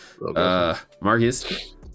Marcus